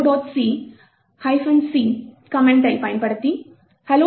c c கமெண்டை பயன்படுத்தி hello